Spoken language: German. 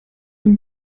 dem